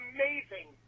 amazing